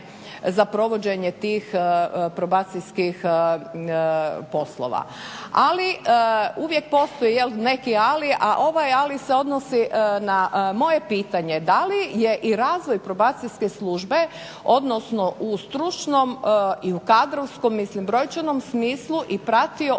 za provođenje tih probacijskih poslova. Ali uvijek postoji neki ali a ovaj ali se odnosi na moje pitanje da li je i razvoj Probacijske službe odnosno u stručnom i u kadrovskom mislim brojčanom smislu i pratio ovu